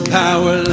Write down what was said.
power